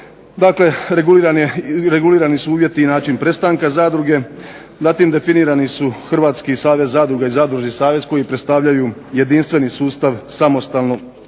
Dakle, regulirani su uvjeti i način prestanka zadruge. Zatim, definirani su Hrvatski savez zadruga i zadružni savez koji predstavljaju jedinstveni sustav samostalne